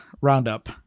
roundup